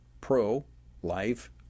pro-life